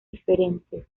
diferentes